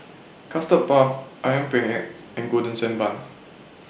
Custard Puff Ayam Penyet and Golden Sand Bun